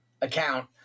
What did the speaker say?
account